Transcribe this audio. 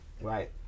Right